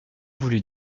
voulu